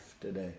today